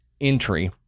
entry